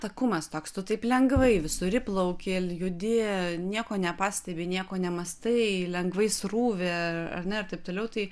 takumas toks tu taip lengvai visur įplauki liūdi nieko nepastebi nieko nemąstai lengvai srūvi ar ne ir taip toliau tai